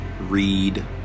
read